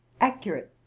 accurate